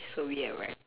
so weird right